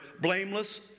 blameless